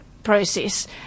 Process